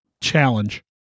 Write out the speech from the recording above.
challenge